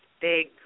big